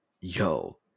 Yo